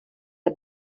der